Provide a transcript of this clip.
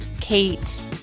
Kate